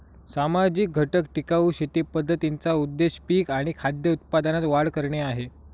सामाजिक घटक टिकाऊ शेती पद्धतींचा उद्देश पिक आणि खाद्य उत्पादनात वाढ करणे आहे